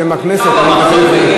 בשם הכנסת אני מתנצל.